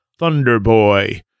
Thunderboy